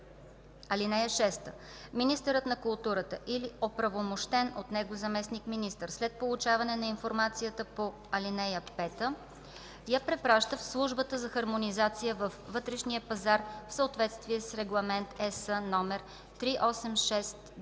(6) Министърът на културата или оправомощен от него заместник-министър след получаване на информацията по ал. 5 я препраща на Службата за хармонизация във вътрешния пазар в съответствие с Регламент (ЕС) № 386/2012